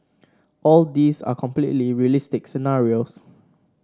all these are completely realistic scenarios